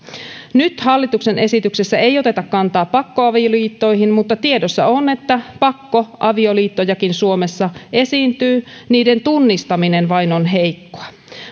nyt hallituksen esityksessä ei oteta kantaa pakkoavioliittoihin mutta tiedossa on että pakkoavioliittojakin suomessa esiintyy niiden tunnistaminen vain on heikkoa